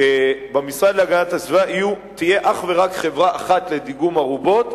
שבמשרד להגנת הסביבה תהיה אך ורק חברה אחת לדיגום ארובות,